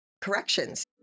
corrections